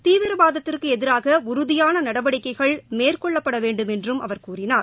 தீவிரவாதத்திற்கு எதிராக உறுதியான நடவடிக்கைகள் மேற்கொள்ளப்பட வேண்டும் என்றும் அவர் கூறினார்